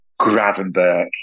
Gravenberg